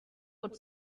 could